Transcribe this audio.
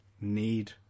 need